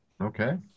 Okay